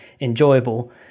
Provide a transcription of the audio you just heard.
enjoyable